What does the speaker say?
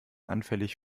anfällig